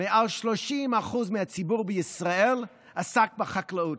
מעל 30% מהציבור בישראל עסק בחקלאות.